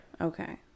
okay